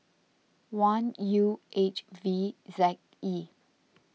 one U H V Z E